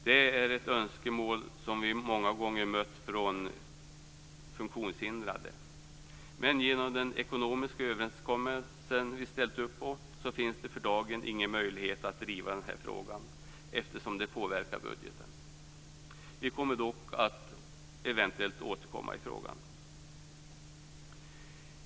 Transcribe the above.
Det är ett önskemål som vi många gånger mött från funktionshindrade. Men genom den ekonomiska överenskommelse som vi har ställt oss bakom så finns det för dagen ingen möjlighet att driva denna fråga, eftersom den påverkar budgeten. Vi kommer dock att eventuellt återkomma i frågan.